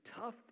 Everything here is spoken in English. tough